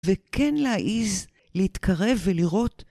וכן להעיז להתקרב ולראות